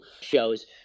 shows